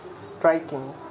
striking